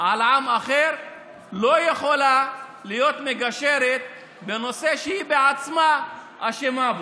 לא יכולה להיות מגשרת בנושא שהיא בעצמה אשמה בו.